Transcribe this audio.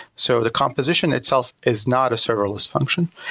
so the composition itself is not a serverless function.